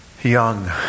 young